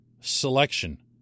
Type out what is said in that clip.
selection